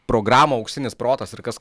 programų auksinis protas ir kas